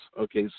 Okay